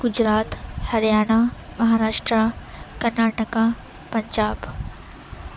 Gujarat Haryana Maharashtra Karnataka Punjab